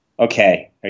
Okay